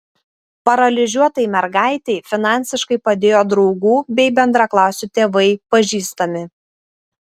paralyžiuotai mergaitei finansiškai padėjo draugų bei bendraklasių tėvai pažįstami